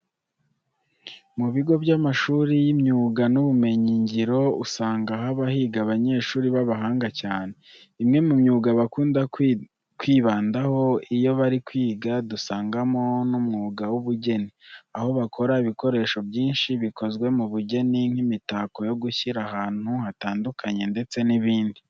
Mu bigo by'amashuri y'imyuga n'ubumenyingiro usanga haba higa abanyeshuri b'abahanga cyane. Imwe mu myuga bakunda kwibandaho iyo bari kwiga dusangamo n'umwuga w'ubugeni, aho bakora ibikoresho byinshi bikozwe mu bugeni nk'imitako yo gushyira ahantu hatandukanye ndetse n'ibindi.